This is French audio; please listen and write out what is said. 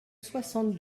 soixante